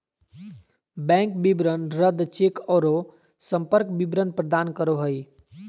bank विवरण रद्द cheque औरो संपर्क विवरण प्रदान करो हइ